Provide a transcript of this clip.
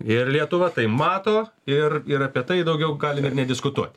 ir lietuva tai mato ir ir apie tai daugiau galim ir nediskutuot